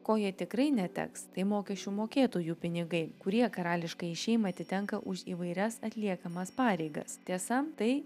ko jie tikrai neteks tai mokesčių mokėtojų pinigai kurie karališkajai šeimai atitenka už įvairias atliekamas pareigas tiesa tai